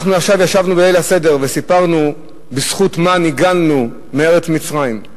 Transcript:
אנחנו עכשיו ישבנו בליל הסדר וסיפרנו בזכות מה נגאלנו מארץ מצרים.